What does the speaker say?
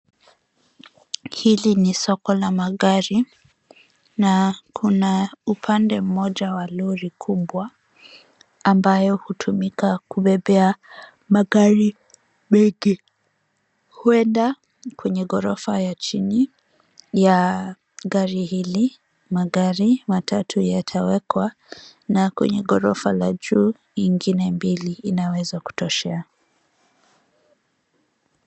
Hili ni soko la magari na kuna upande moja wa Lori kubwa ambayo hutumika kubebea magari mengi. Huenda kwenye ghorofa ya chini ya gari hili, magari matatu yatawekwa na kwenye ghorofa ya juu ingine mbili inaweza kutosha.